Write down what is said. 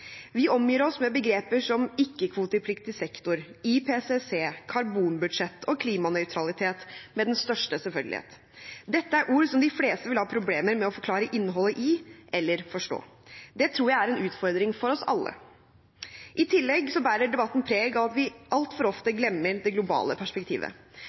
Vi omgir oss med begreper som «ikke-kvotepliktig sektor», «IPCC», «karbonbudsjett» og «klimanøytralitet» med den største selvfølgelighet. Dette er ord som de fleste vil ha problemer med å forklare innholdet i, eller å forstå. Det tror jeg er en utfordring for oss alle. I tillegg bærer debatten preg av at vi altfor ofte glemmer det globale perspektivet,